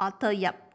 Arthur Yap